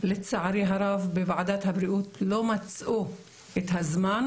לצערי הרב בוועדת הבריאות לא מצאו את הזמן